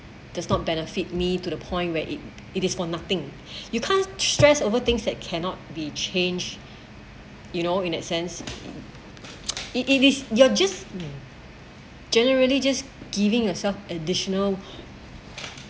does not benefit me to the point where it it is for nothing you can't stress over things that cannot be changed you know in that sense it it is you're just generally just giving yourself additional